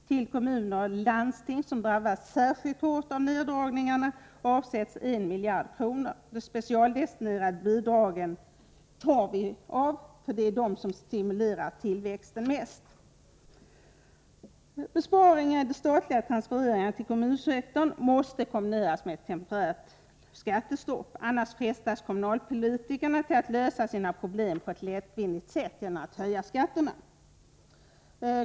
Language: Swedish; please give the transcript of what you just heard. Till kommuner och landsting som drabbas särskilt hårt av neddragningarna avsätts 1 miljard kronor. Dessa medel tas från de specialdestinerade bidragen, eftersom det är de som stimulerar tillväxten mest. Besparingar i de statliga transfereringarna till kommunsektorn måste kombineras med ett temporärt skattestopp. Annars frestas kommunalpoliti kerna att lösa sina problem på ett lättvindigt sätt, nämligen genom att höja skatterna.